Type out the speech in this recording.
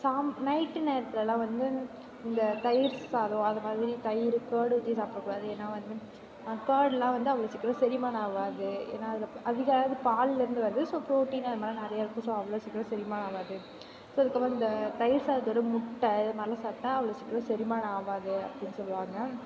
சாம் night நேரத்திலலாம் வந்து இந்த தயிர் சாதம் அது மாதிரி தயிர் கர்ட் ஊற்றி சாப்பிடக்கூடாது ஏன்னால் வந்து கர்டெலாம் வந்து அவ்வளோ சீக்கிரம் செரிமானம் ஆகாது ஏனால் அதில் அளவு பால்லிருந்து வருது ஸோ ப்ரோட்டீன் அது மாதிரி நிறையா இருக்கும் ஸோ அவ்வளோ சீக்கிரம் செரிமானம் ஆகாது ஸோ அதுக்கப்புறோம் இந்த தயிர் சாதத்தோடு முட்டை இதை மாதிரிலாம் சாப்பிட்டா அவ்வளோ சீக்கிரம் செரிமானம் ஆகாது அப்படின்னு சொல்லுவாங்க